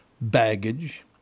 baggage